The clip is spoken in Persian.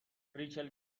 ریچل